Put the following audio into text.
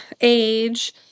age